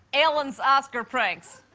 ellen's oscar pranks.